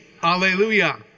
Hallelujah